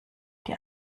die